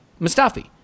Mustafi